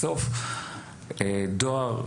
בסוף דואר,